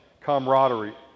camaraderie